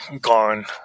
gone